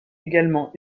également